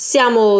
Siamo